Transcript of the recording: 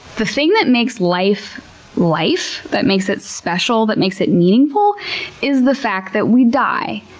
the thing that makes life life that makes it special, that makes it meaningful is the fact that we die.